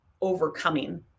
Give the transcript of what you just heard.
overcoming